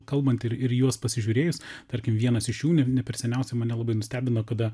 kalbant ir ir į juos pasižiūrėjus tarkim vienas iš jų ne ne per seniausiai mane labai nustebino kada